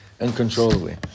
uncontrollably